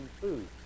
food